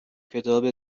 کتاب